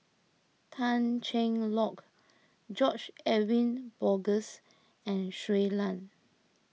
Tan Cheng Lock George Edwin Bogaars and Shui Lan